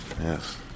Yes